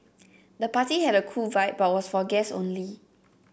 the party had a cool vibe but was for guests only